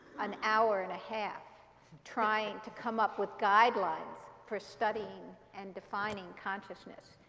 an hour and a half trying to come up with guidelines for studying and defining consciousness.